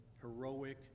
heroic